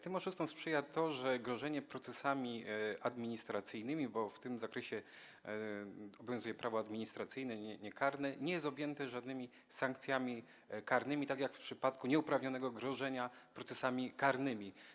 Tym oszustom sprzyja to, że grożenie procesami administracyjnymi, bo w tym zakresie obowiązuje prawo administracyjne, nie karne, nie jest objęte żadnymi sankcjami karnymi, tak jak w przypadku nieuprawnionego grożenia procesami karnymi.